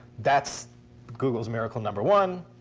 that's google's miracle number one.